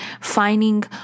finding